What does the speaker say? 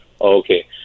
Okay